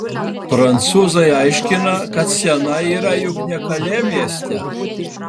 prancūzai aiškina kad siena yra juk ne kalė mieste